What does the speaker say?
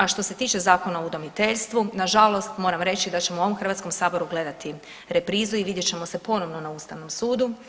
A što se tiče Zakona o udomiteljstvu nažalost moram reći da ćemo u ovom HS-u gledati reprizu i vidjet ćemo se ponovno na Ustavnom sudu.